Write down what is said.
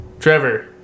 Trevor